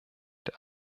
der